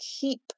keep